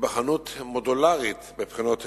היבחנות מודולרית בבחינות אלה,